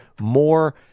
more